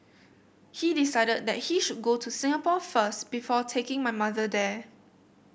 he decided that he should go to Singapore first before taking my mother there